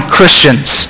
Christians